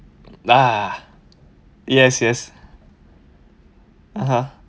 ah yes yes (uh huh)